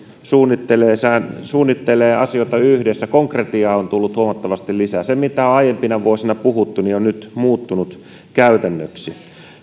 suunnittelevat suunnittelevat asioita yhdessä konkretiaa on tullut huomattavasti lisää se mistä on aiempina vuosina puhuttu on nyt muuttunut käytännöksi